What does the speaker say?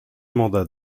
mandat